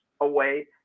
away